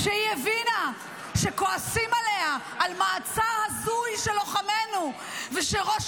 כשהיא הבינה שכועסים עליה על מעצר הזוי של לוחמינו ושראש